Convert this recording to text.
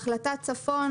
החלטת צפון